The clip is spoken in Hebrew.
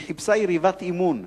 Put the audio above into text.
והיא חיפשה יריבת אימון.